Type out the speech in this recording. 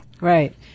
right